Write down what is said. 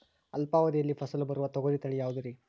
ಅಲ್ಪಾವಧಿಯಲ್ಲಿ ಫಸಲು ಬರುವ ತೊಗರಿ ತಳಿ ಯಾವುದುರಿ?